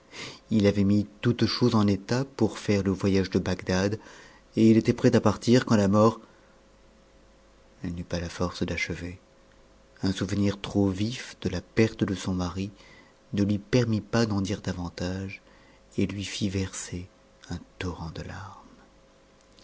h avait mis toutes choses en état pour faire le voyage de bagdad et il était prêt à partir quand a mort elle n'eut pas la force d'achever un souvenir trop vif de la uerte de son mari ne lui permit pas d'en dire davantage et lui fit verser un torrent de larmes